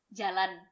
jalan